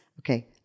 Okay